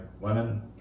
women